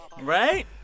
right